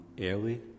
early